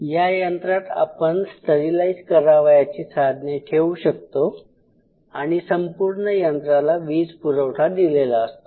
या यंत्रात आपण स्टरीलाईज करावयाची साधने ठेवू शकतो आणि संपूर्ण यंत्राला वीज पुरवठा दिलेला असतो